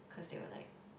because they were like